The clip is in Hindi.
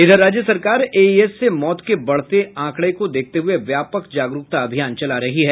इधर राज्य सरकार एईएस से मौत के बढ़ते आंकड़ें को देखते हुए व्यापक जागरूकता अभियान चला रही है